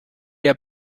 der